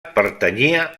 pertanyia